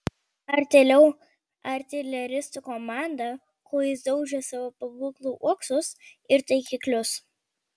artėliau artileristų komanda kūjais daužė savo pabūklų uoksus ir taikiklius